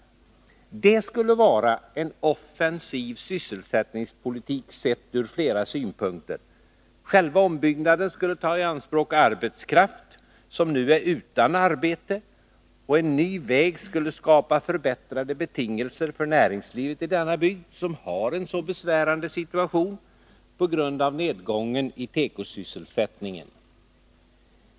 Det skulle vara offensiv sysselsättningspolitik, sett ur flera synpunkter. Själva ombyggnaden skulle ta i anspråk arbetskraft som nu är utan arbete, och en ny väg skulle skapa förbättrade betingelser för näringslivet i denna bygd som har en mycket besvärande situation på grund av nedgången i tekosysselsättningen.